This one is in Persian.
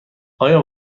آیا